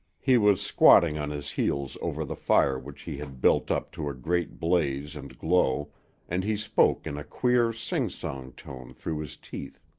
he was squatting on his heels over the fire which he had built up to a great blaze and glow and he spoke in a queer sing-song tone through his teeth.